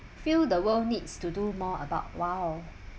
feel the world needs to do more about !wow!